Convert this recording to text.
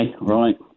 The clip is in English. right